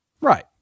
Right